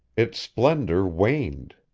its splendor waned.